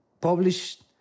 published